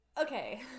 okay